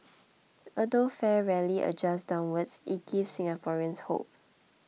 although fare rarely adjusts downwards it gives Singaporeans hope